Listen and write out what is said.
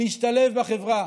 להשתלב בחברה.